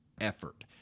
effort